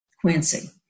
Quincy